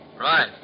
Right